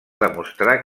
demostrar